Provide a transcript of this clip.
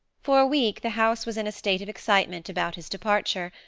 for a week the house was in a state of excitement about his departure,